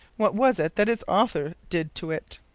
what was it that its author did to it?